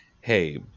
Hey